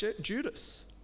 Judas